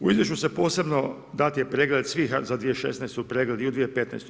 U izvješću se posebno, dat je pregled svih za 2016., pregled i u 2015.